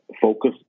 focus